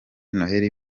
noheli